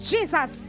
Jesus